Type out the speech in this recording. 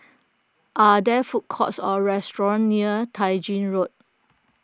are there food courts or restaurants near Tai Gin Road